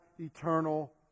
eternal